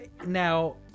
Now